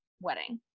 wedding